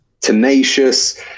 tenacious